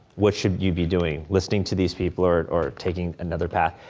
what should you be doing, listening to these people, or or taking another path.